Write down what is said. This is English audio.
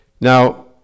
Now